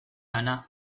lana